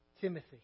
Timothy